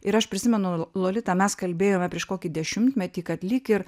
ir aš prisimenu lolita mes kalbėjome prieš kokį dešimtmetį kad lyg ir